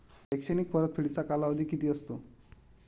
शैक्षणिक परतफेडीचा कालावधी किती असतो?